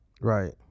Right